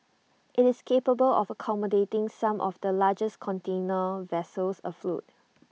IT is capable of accommodating some of the largest container vessels afloat